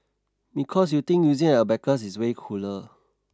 because you think using an abacus is way cooler